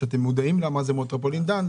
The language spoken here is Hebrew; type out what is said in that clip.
שאתם מודעים לה מה זה מטרופולין דן.